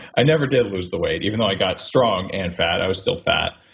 i never did lose the weight even though i got strong and fat, i was still fat.